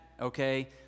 okay